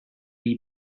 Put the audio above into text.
iyi